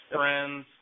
friends